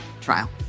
trial